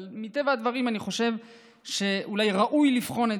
אבל מטבע הדברים אני חושב שאולי ראוי לבחון את